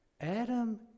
Adam